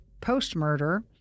post-murder